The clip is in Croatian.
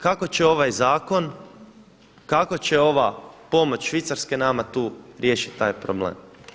Kako će ovaj zakon, kako će ova pomoć Švicarske nama tu riješiti taj problem?